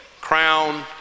crown